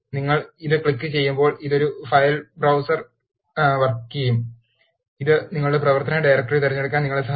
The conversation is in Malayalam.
നിങ്ങൾ ഇത് ക്ലിക്കുചെയ്യുമ്പോൾ ഇത് ഒരു ഫയൽ ബ്ര browser സർ തുറക്കും ഇത് നിങ്ങളുടെ പ്രവർത്തന ഡയറക്ടറി തിരഞ്ഞെടുക്കാൻ നിങ്ങളെ സഹായിക്കും